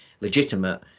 legitimate